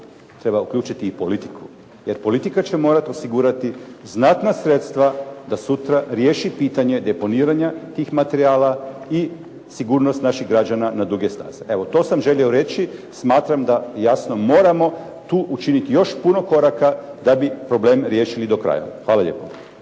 treba uključiti i politiku jer politika će morati osigurati znatna sredstva da sutra riješi pitanje deponiranja tih materijala i sigurnost naših građana na duge staze. Evo, to sam želio reći. Smatram da jasno moramo tu učiniti još puno koraka da bi problem riješili do kraja. Hvala lijepo.